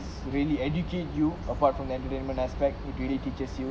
it's really educate you apart from the entertainment aspect would really teaches you